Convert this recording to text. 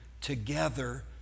together